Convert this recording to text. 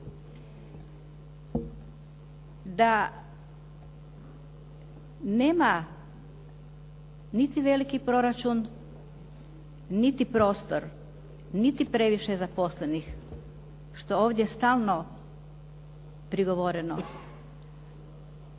da nema niti veliki proračun, niti prostor, niti previše zaposlenih što ovdje stalno prigovoreno.